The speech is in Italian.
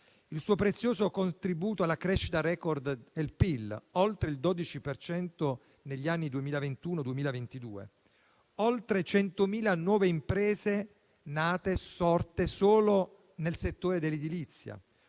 il suo prezioso contributo alla crescita *record* del PIL, pari a oltre il 12 per cento negli anni 2021-2022; oltre 100.000 nuove imprese nate e sorte solo nel settore dell'edilizia;